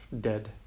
dead